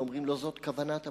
ואומרים: לא זאת לא כוונת הפסוק.